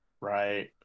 Right